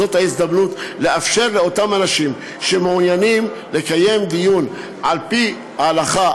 זאת ההזדמנות לאפשר לאותם אנשים שמעוניינים לקיים דיון על-פי ההלכה,